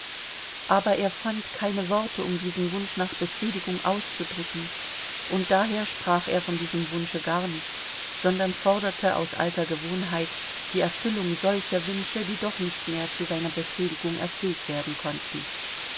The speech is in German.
aber er fand keine worte um diesen wunsch nach befriedigung auszudrücken und daher sprach er von diesem wunsche gar nicht sondern forderte aus alter gewohnheit die erfüllung solcher wünsche die doch nicht mehr zu seiner befriedigung erfüllt werden konnten